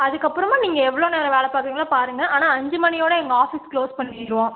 அதுக்கப்புறமா நீங்கள் எவ்வளோ நேரம் வேலை பார்க்குறீங்களோ பாருங்கள் ஆனால் அஞ்சு மணியோடு எங்கள் ஆஃபீஸ் க்ளோஸ் பண்ணிடுவோம்